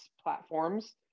platforms